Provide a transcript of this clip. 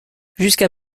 jusqu’à